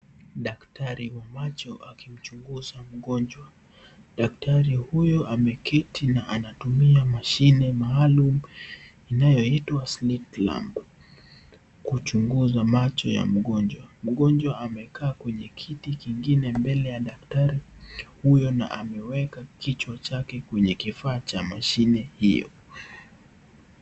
Daktari wa macho akimchinguza mgonjwa , daktari huyo ameketi na anatumia mashine maalum inayoitwa slip lump kuchunguza macho ya mgonjwa . Mgonjwa amekaa kwenye kiti kingine mbelenya daktari huyo na ameweka kichwa chake kwenye kifaa cha mashine hiyo.